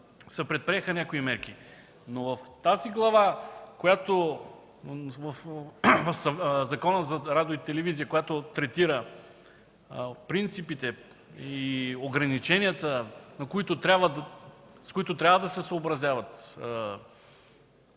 предприеха някои мерки, но в тази глава в Закона за радио и телевизия, която третира принципите и ограниченията, с които трябва да се съобразяват